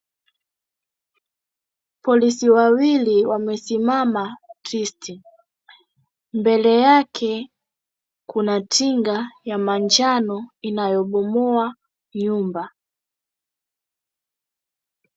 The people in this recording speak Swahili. Polisi wawili wamesimama tisti. Mbele yake, kuna tinga ya manjano inayobomoa nyumba.